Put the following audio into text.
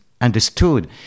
understood